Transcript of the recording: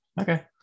Okay